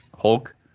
hulk